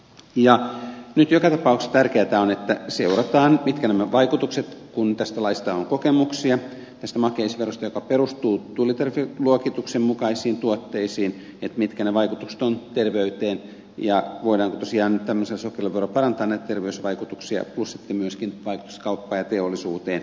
nyt joka tapauksessa tärkeätä on että seurataan mitkä nämä vaikutukset ovat terveyteen kun tästä laista on kokemuksia tästä makeisverosta joka perustuu tullitariffiluokituksen mukaisiin tuotteisiin ja voidaanko tosiaan tämmöisellä sokeriverolla parantaa näitä terveysvaikutuksia plus sitten myöskin vaikutusta kauppaan ja teollisuuteen